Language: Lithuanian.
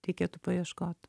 reikėtų paieškot